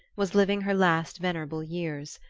was living her last venerable years.